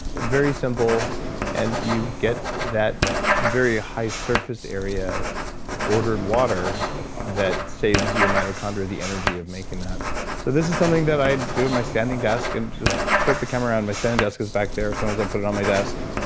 very simple and you get that very high surface area of ordered water that saves your mitochondria the energy of making that so, this is something that i do at my standing desk and just floats the camera around my standing desk because back there, sometimes i put it on my desk